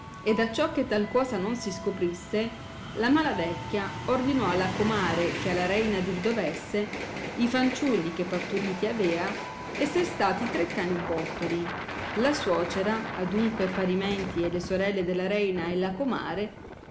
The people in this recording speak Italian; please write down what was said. ed acciò che tal cosa non si scoprisse la mala vecchia ordinò alla comare che alla rema dir dovesse i fanciulli che parturiti avea esser stati tre cani bottoli la suocera adunque parimenti e le sorelle della reina e la comare